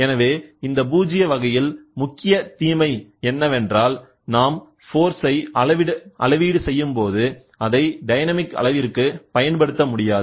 எனவே இந்த பூஜ்ஜிய வகையில் முக்கிய தீமை என்னவென்றால் நாம் ஃபோர்ஸ் அளவீடு செய்யும் போது அதை டைனமிக் அளவிற்கு பயன்படுத்த முடியாது